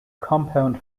compound